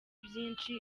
byinshi